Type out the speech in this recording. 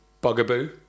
bugaboo